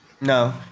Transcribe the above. No